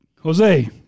Jose